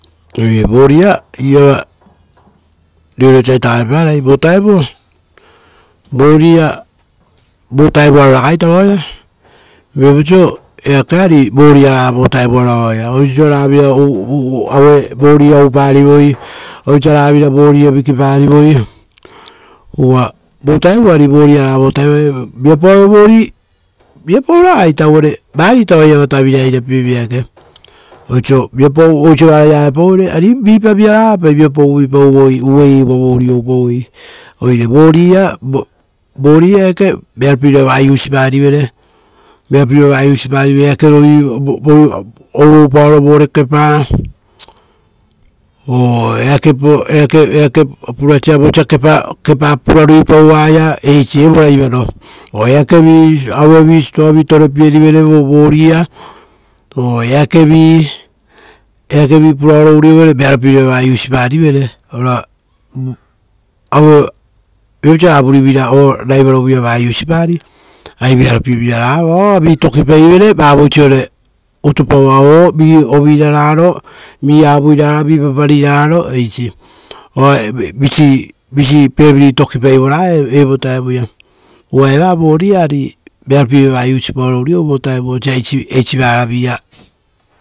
Oire voria money iava reoreo sa aueparai vo vutao, voria vo vutaaro raga ita vaoia viapau oiso eakea ari vori araga vo vuta aroa vaoia. Oiso osa ragavira aue voria ouparivoi, osa ragavira voria vikiparivoi. Uva vo vutao ari vori araga vo vutao, viapau vori, viapau ragaita uvare varita oa iava tavirai irapievira eke, oiso viapau oiso raga vira auepau vere, ari vipa via ragapai viapau avuipauei uvai ei uva vori oupauei. Oire vori a, vori a eke, vearo pievara va use parivere, vearo pievira va kovopie parive eakerovi ou ou paoro vore kepaa, o, eake purasa vosa kepaa pura ruipau vaia eisi evo raiva ro. O eakevi, auevi stoa vi torepie rivere vo vori a, o eakevii, eakevi puaraoro uriou vere, vearopie vira vaa kovo pie parivere, ora viapau oisora vurivira oraiva rovuia va vokapie pari ari vearopie viraraga. Vao oa vi tokipaivere vavoisore utupaua, o vii ovirararo, vii avuirararo, vi papari irararo eisi. Oa visii family aoo tokipai vora evo vitaia. Uva eva voria ari, vearopie vira va use vokapie paoro uriou vo vutao osa eisi varaviaa.